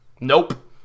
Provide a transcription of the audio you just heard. nope